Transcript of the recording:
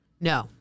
No